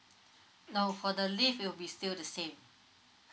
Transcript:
no for the leave it'll be still the same